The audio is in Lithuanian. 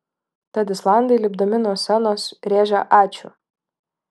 tad islandai lipdami nuo scenos rėžė ačiū